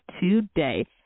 today